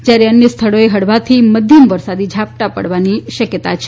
જ્યારે અન્ય સ્થળોએ હળવાથી મધ્યમ વરસાદી ઝાપટાં પડવાની શક્યતા છે